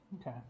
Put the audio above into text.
Okay